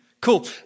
Cool